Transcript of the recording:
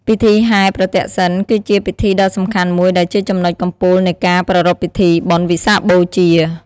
ពិធីហែរប្រទក្សិណ គឺជាពិធីដ៏សំខាន់មួយដែលជាចំណុចកំពូលនៃការប្រារព្ធពិធីបុណ្យវិសាខបូជា។